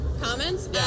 comments